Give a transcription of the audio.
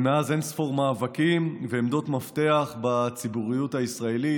ומאז אין-ספור מאבקים ועמדות מפתח בציבוריות הישראלית,